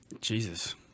Jesus